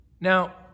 Now